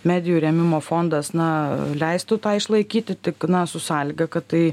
medijų rėmimo fondas na leistų tą išlaikyti tik na su sąlyga kad tai